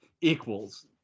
equals